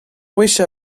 wech